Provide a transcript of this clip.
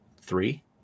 three